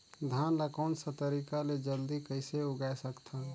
धान ला कोन सा तरीका ले जल्दी कइसे उगाय सकथन?